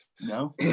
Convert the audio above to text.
No